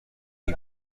اون